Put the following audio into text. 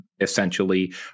essentially